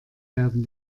werden